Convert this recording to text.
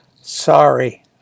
sorry